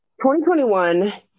2021